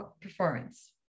performance